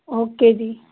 okay ਜੀ